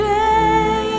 day